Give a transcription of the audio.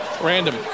Random